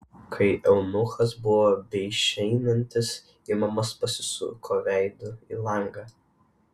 kai eunuchas buvo beišeinantis imamas pasisuko veidu į langą